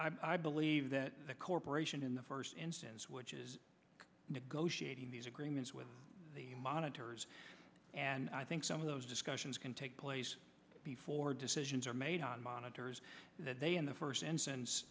i believe that the corporation in the first instance which is negotiating these agreements with the monitors and i think some of those discussions can take place before decisions are made on monitors that they in the first ends an